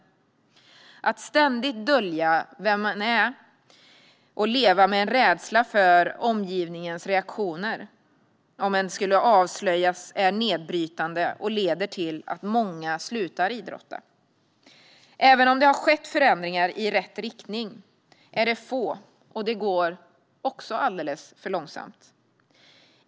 Det är nedbrytande att ständigt dölja vem man är och att leva med en rädsla för omgivningens reaktioner om man skulle avslöjas, och det leder till att många slutar idrotta. Även om det har skett förändringar i rätt riktning är de få, och det går alldeles för långsamt.